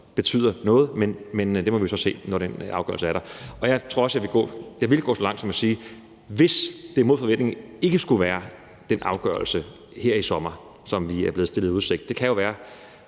betyder noget, men det må vi så se, når den afgørelse er der. Jeg vil gå så langt som til at sige, at hvis det mod forventning ikke skulle være den afgørelse her i sommer, som vi er blevet stillet i udsigt – det kan jo være,